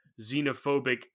xenophobic